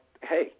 hey